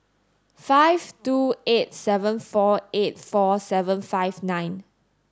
five two eight seven four eight four seven five nine